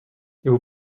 vous